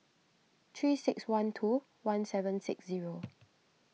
three six one two one seven six zero